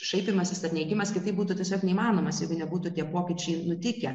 šaipymasis ar neigimas kitaip būtų tiesiog neįmanomas jeigu nebūtų tie pokyčiai nutikę